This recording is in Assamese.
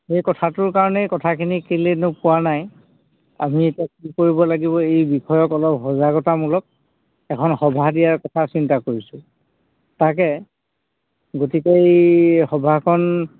সেই কথাটোৰ কাৰণেই কথাখিনি কেলৈনো পোৱা নাই আমি এতিয়া কি কৰিব লাগিব এই বিষয়ক অলপ সজাগতামূলক এখন সভা দিয়াৰ কথা চিন্তা কৰিছোঁ তাকে গতিকে এই সভাখন